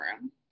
room